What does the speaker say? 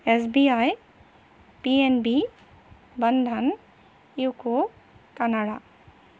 S B I P N B Bandhan UCO Kannada